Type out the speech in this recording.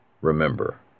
remember